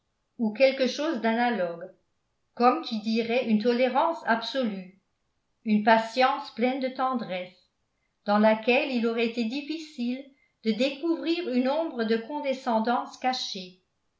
ou quelque chose d'analogue comme qui dirait une tolérance absolue une patience pleine de tendresse dans laquelle il aurait été difficile de découvrir une ombre de condescendance cachée